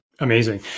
amazing